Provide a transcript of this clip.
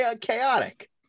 Chaotic